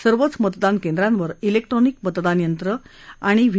सर्वच मतदान केंद्रांवर इलेक्ट्रॉनिक मतदान यंत्र आणिवा व्ही